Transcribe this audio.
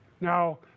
Now